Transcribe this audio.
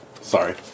Sorry